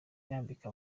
yambika